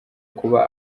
kuba